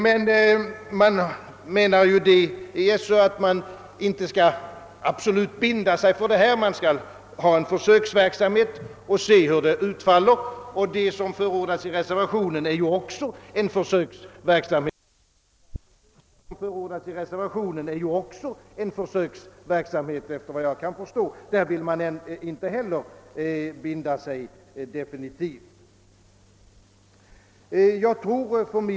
Men SÖ anser, att man inte absolut bör binda sig för denna lösning utan endast ha en försöksverksamhet och se hur det hela utfaller. Även den av reservanterna förordade lösningen gäller ju en försöksverksamhet; inte heller reservanterna vill binda sig definitivt vid den lösning de förordar.